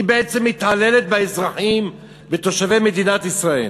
היא בעצם מתעללת באזרחים, בתושבי מדינת ישראל.